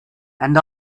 and